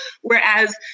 whereas